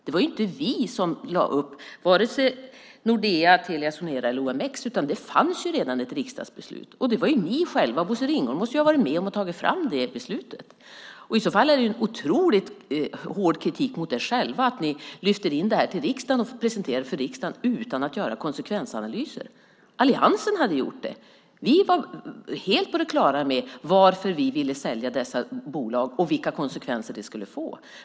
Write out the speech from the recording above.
Det var ju inte vi som behandlade vare sig Nordea, Telia Sonera eller OMX, utan det fanns ju redan ett riksdagsbeslut. Det var ju ni själva som gjorde det. Bosse Ringholm måste ju ha varit med om att ta fram det beslutet. I så fall är det otroligt hård kritik mot er själva att ni lyfte in det här till riksdagen och presenterade det här för riksdagen utan att göra konsekvensanalyser. Alliansen hade gjort det. Vi var helt på det klara med varför vi ville sälja dessa bolag och vilka konsekvenser det skulle få.